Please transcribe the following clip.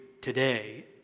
today